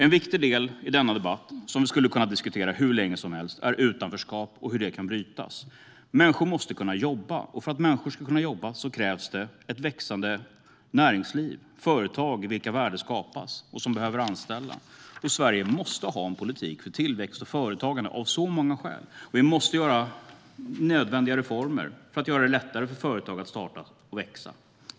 En viktig del i denna debatt, som vi skulle kunna föra hur länge som helst, är hur utanförskapet kan brytas. Människor måste kunna jobba. För att människor ska kunna jobba krävs ett växande näringsliv, det vill säga företag i vilka värden skapas och som behöver anställa. Sverige måste ha en politik för tillväxt och företagande av så många skäl. Vi måste genomföra nödvändiga reformer för att göra det lättare att starta företag och få dem att växa.